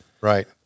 Right